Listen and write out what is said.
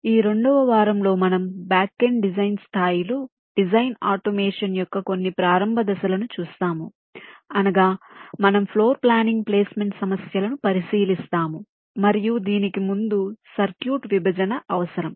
ఈ రెండవ వారంలో మనము బ్యాకెండ్ డిజైన్ స్థాయిలో డిజైన్ ఆటోమేషన్ యొక్క కొన్ని ప్రారంభ దశలను చూస్తాము అనగా మనం ఫ్లోర్ ప్లానింగ్ ప్లేస్మెంట్ సమస్యలను పరిశీలిస్తాము మరియు దీనికి ముందు సర్క్యూట్ విభజన అవసరం